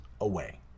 away